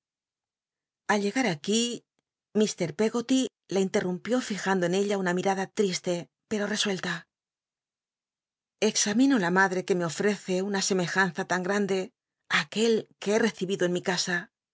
al llegar aquí mr peggoty la intel'rumpió fijando en ella una milada tl'iste pero resuella examino la madre que me ofrece una semejanza tan grande aquel que he recibido en mi c